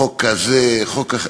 חוק כזה, חוק אחר.